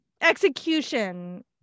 execution